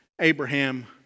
Abraham